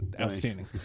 outstanding